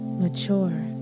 mature